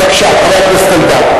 בבקשה, חבר הכנסת אלדד.